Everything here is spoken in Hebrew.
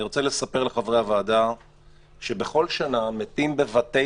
אני רוצה לספר לחברי הוועדה שבכל שנה מתים בבתי